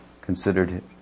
considered